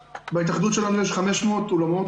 בהתאחדות שלנו יש 500 אולמות,